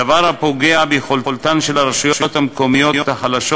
דבר הפוגע ביכולתן של הרשויות המקומיות החלשות